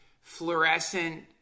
fluorescent